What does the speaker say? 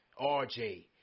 RJ